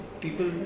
people